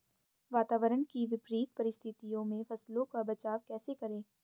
वातावरण की विपरीत परिस्थितियों में फसलों का बचाव कैसे करें?